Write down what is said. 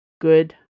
Good